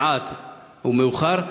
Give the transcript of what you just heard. מעט ומאוחר,